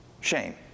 Shame